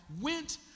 went